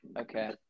Okay